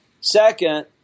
Second